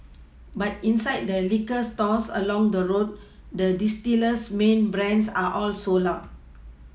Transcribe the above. but inside the liquor stores along the road the distiller's main brands are all sold out